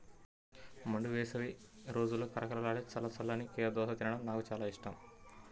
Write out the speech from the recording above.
మండు వేసవి రోజుల్లో కరకరలాడే చల్ల చల్లని కీర దోసకాయను తినడం నాకు చాలా ఇష్టం